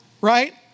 right